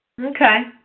Okay